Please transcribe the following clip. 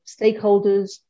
stakeholders